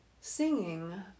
singing